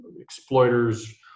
exploiters